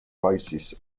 basis